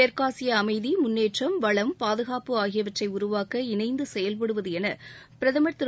தெற்காசிய அமைதி முன்னேற்றம் வளம் பாதுகாப்பு ஆகியவற்றை உருவாக்க இணைந்து செயல்படுவது என பிரதமர் திரு